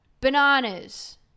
bananas